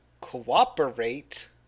cooperate